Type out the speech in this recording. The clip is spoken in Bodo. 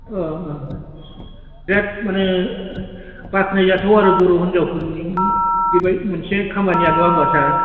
ओ ओ बेराद मानो बाख्नायजाथाव आरो बर' हिन्जावफोरनि मोनसे खामानिया नङा होम्बा सार